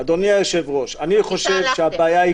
מי זה הלכתם?